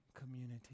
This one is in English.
community